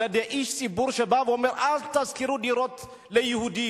על-ידי איש ציבור שבא ואומר: אל תשכירו דירות ליהודים,